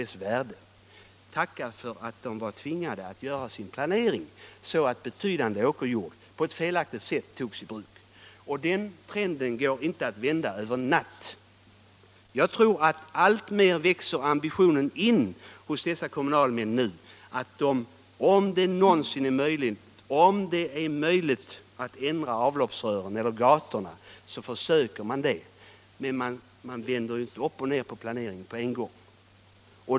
Däremot var de — tacka för det — tvingade att göra upp en planering, och därigenom kom betydande arealer åkerjord att tas i bruk på ett felaktigt sätt. Den trenden kan man inte vända över en natt. Jag tror att dessa kommunalmän alltmer får den ambitionen att, om det över huvud taget är möjligt, lägga om avloppsrören eller gatorna för att skona åkerjorden, men man vänder inte upp och ner på planeringen på en gång.